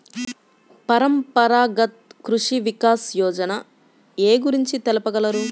పరంపరాగత్ కృషి వికాస్ యోజన ఏ గురించి తెలుపగలరు?